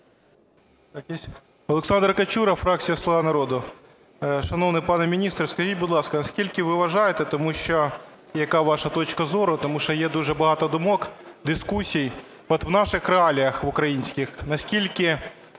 Олександр Качура, фракція "Слуга народу". Шановний пане міністре, скажіть, будь ласка, скільки ви вважаєте, тому що… яка ваша точка зору, тому що є дуже багато думок, дискусій, от в наших реаліях українських, наскільки